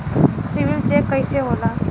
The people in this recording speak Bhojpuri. सिबिल चेक कइसे होला?